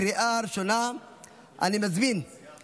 התקבלה בקריאה השנייה והשלישית,